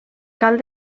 cal